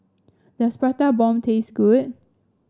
does Prata Bomb taste good